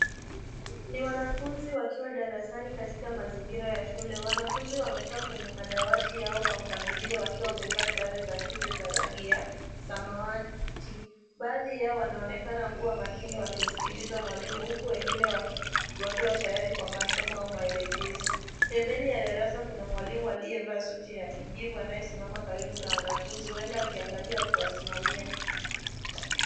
Ni wanafunzi wakiwa darasani katika mazingira ya shule. Wanafunzi wamekaa kwenye madawati yao kwa mpangilio wakiwa wamevaa sare za shule za rangi ya samawati. Baadhi yao wanaonekana kuwa makini wakimsikiliza mwalimu huku wengine wakiwa tayari kwa masomo au maelekezo. Pembeni ya darsa kuna mwalimu aliyevaa suti ya kijivu anayesimama karibu na wanafunzi hueda akiangalia au kuwasimamia.